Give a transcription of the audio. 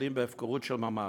גובלים בהפקרות של ממש.